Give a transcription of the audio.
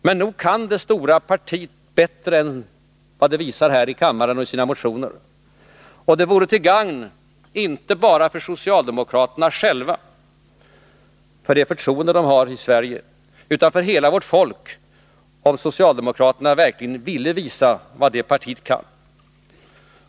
Men nog kan det stora partiet bättre än vad det visar här i kammaren och i sina motioner. Och det vore till gagn inte bara för socialdemokraterna själva och för det förtroende de har i Sverige utan för hela vårt folk, om socialdemokraterna verkligen ville visa vad det partiet kan.